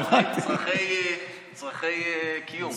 צורכי קיום.